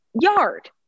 yard